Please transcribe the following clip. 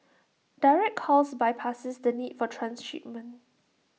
direct calls bypasses the need for transshipment